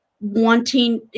wanting